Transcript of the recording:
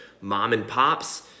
mom-and-pops